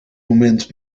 moment